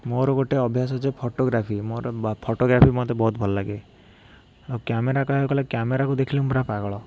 ମୋର ଗୋଟେ ଅଭ୍ୟାସ ଅଛି ଫୋଟୋଗ୍ରାଫି ମୋର ବା ଫୋଟୋଗ୍ରାଫି ମୋତେ ବହୁତ ଭଲ ଲାଗେ ଆଉ କ୍ୟାମେରା କହିବାକୁ ଗଲେ କ୍ୟାମେରାକୁ ଦେଖିଲେ ମୁଁ ପୁରା ପାଗଳ